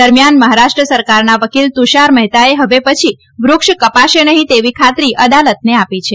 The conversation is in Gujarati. દરમિયાન મહારાષ્ટ્ર સરકારના વકીલ તુષાર મહેતાએ હવે પછી વૃક્ષ કપાશે નહિ તેવી ખાતરી અદાલતને આપી છે